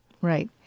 Right